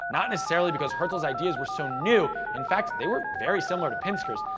not necessarily because herzl's ideas were so new. in fact, they were very similar to pinsker's.